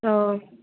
অঁ